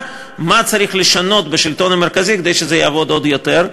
מה צריך לשנות בשלטון המרכזי כדי שזה יעבוד עוד יותר.